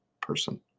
person